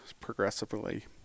progressively